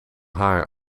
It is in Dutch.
haar